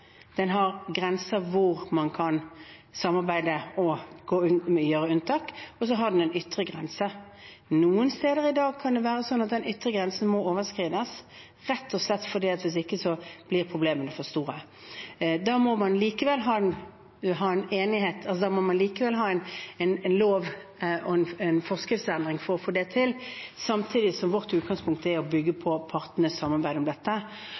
Den har grenser for hvor man kan samarbeide og gjøre unntak, og så har den en ytre grense. Noen steder i dag kan det være slik at den ytre grensen må overskrides rett og slett fordi hvis ikke blir problemene for store. Da må man likevel ha en lov og en forskriftsendring for å få det til. Samtidig er vårt utgangspunkt å bygge på partenes samarbeid om dette.